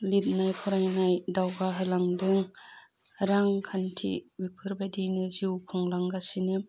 लिदनाय फरायनाय दावगाहोलांदों रांखान्थि बेफोरबायदिनो जिउ खुंलांगासिनो